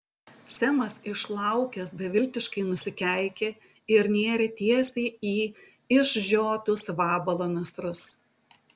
semas išlaukęs beviltiškai nusikeikė ir nėrė tiesiai į išžiotus vabalo nasrus